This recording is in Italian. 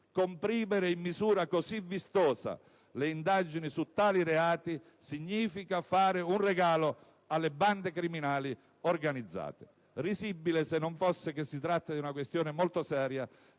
Comprimere in misura così vistosa le indagini su tali reati significa fare un regalo alle bande criminali organizzate. Risibile, se non fosse che si tratta di questione molto seria,